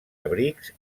abrics